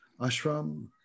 ashram